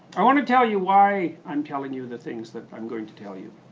i wanna tell you why i'm telling you the things that i'm going to tell you.